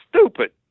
stupid